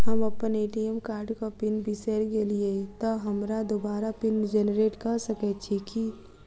हम अप्पन ए.टी.एम कार्डक पिन बिसैर गेलियै तऽ हमरा दोबारा पिन जेनरेट कऽ सकैत छी की?